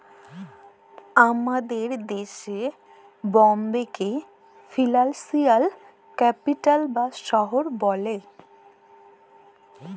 আমাদের দ্যাশে বম্বেকে ফিলালসিয়াল ক্যাপিটাল বা শহর ব্যলে